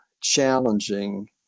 challenging